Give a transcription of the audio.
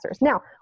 Now